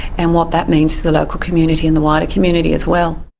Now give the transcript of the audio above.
and what that means to the local community, and the wider community as well.